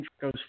goes